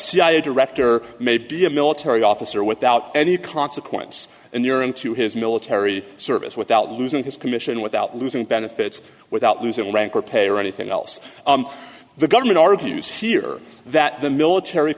a director may be a military officer without any consequence and you're into his military service without losing his commission without losing benefits without losing the rank or pay or anything else the government argues here that the military